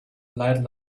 light